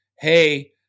hey